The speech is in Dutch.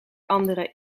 andere